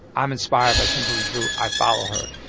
i'm inspired by kimberly drew. i follow her.